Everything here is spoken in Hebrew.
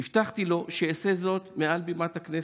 הבטחתי לו שאעשה זאת מעל בימת הכנסת.